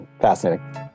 fascinating